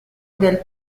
del